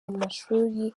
mashuli